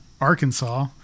Arkansas